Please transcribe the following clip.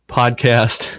podcast